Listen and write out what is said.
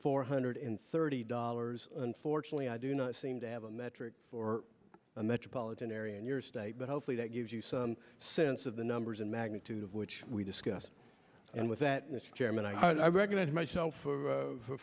four hundred thirty dollars unfortunately i do not seem to have a metric for a metropolitan area in your state but hopefully that gives you some sense of the numbers and magnitude of which we discussed and with that mr chairman i recognize myself for